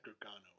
Gargano